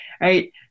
right